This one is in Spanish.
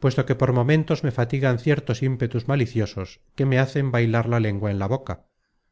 puesto que por momentos me fatigan ciertos ímpetus maliciosos que me hacen bailar la lengua en la boca